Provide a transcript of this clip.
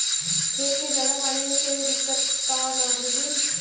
खेत में ज्यादा पानी से दिक्कत त नाही होई?